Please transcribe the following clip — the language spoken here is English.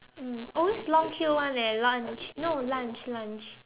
mm always long queue [one] eh lunch no lunch lunch